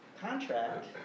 contract